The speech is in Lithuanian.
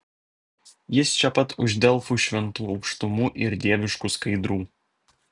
jis čia pat už delfų šventų aukštumų ir dieviškų skaidrų